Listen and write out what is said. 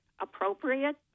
appropriate